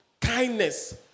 kindness